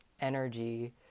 energy